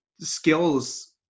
skills